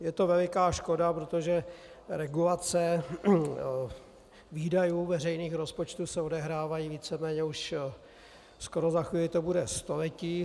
Je to veliká škoda, protože regulace výdajů veřejných rozpočtů se odehrávají víceméně... už skoro za chvíli to bude století.